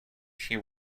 she